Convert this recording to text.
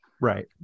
right